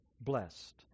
blessed